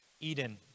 Eden